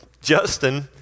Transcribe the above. Justin